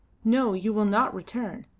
no, you will not return,